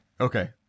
Okay